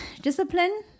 discipline